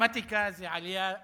במתמטיקה זה עלייה אין-סוף.